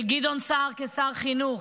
של גדעון סער כשר החינוך,